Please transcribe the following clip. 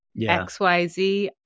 XYZ